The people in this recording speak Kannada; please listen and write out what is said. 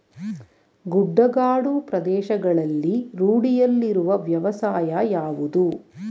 ಗುಡ್ಡಗಾಡು ಪ್ರದೇಶಗಳಲ್ಲಿ ರೂಢಿಯಲ್ಲಿರುವ ವ್ಯವಸಾಯ ಯಾವುದು?